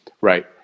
right